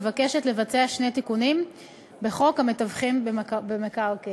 מבקשת לבצע שני תיקונים בחוק המתווכים במקרקעין.